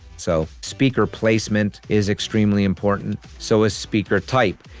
so speaker placement is extremely important, so is speaker type.